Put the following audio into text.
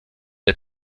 der